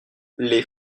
les